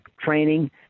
training